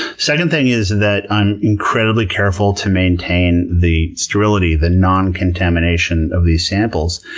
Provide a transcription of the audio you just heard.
second thing is that i'm incredibly careful to maintain the sterility, the non contamination of these samples.